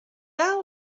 out